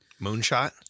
Moonshot